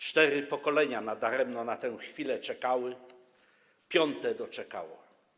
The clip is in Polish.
Cztery pokolenia nadaremno na tę chwilę czekały, piąte - doczekało.